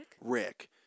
Rick